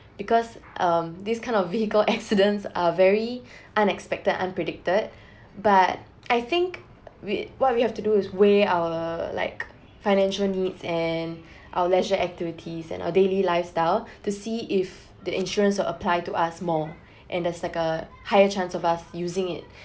because um this kind of vehicle accidents are very unexpected unpredicted but I think we what we have to do is weigh our like financial needs and our leisure activities and our daily lifestyle to see if the insurance will apply to us more and there's like a higher chance of us using it